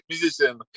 musician